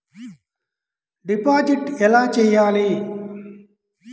Deposit ఎలా చెయ్యాలి?